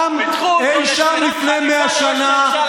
אי שם לפני 100 שנה,